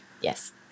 Yes